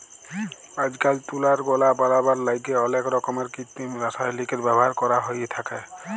আইজকাইল তুলার গলা বলাবার ল্যাইগে অলেক রকমের কিত্তিম রাসায়লিকের ব্যাভার ক্যরা হ্যঁয়ে থ্যাকে